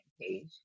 page